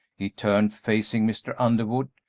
he turned, facing mr. underwood,